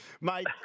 Mate